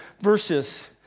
verses